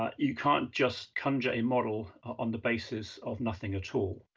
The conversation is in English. ah you can't just conjure a model on the basis of nothing at all.